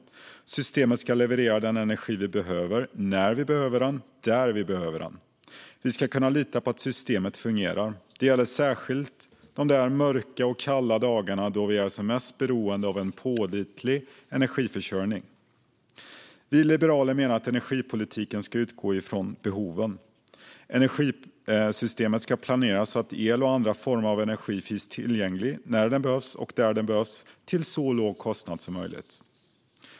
Systemet ska leverera den energi vi behöver, när vi behöver den och där vi behöver den. Vi ska kunna lita på att systemet fungerar. Det gäller särskilt de där mörka och kalla dagarna då vi är som mest beroende av en pålitlig energiförsörjning. Vi liberaler menar att energipolitiken ska utgå från behoven. Energisystemet ska planeras så att el och andra former av energi finns tillgänglig när den behövs och där den behövs till så låg kostnad som möjligt.